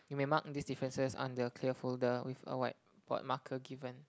you may mark this differences on the clear folder with a whiteboard marker given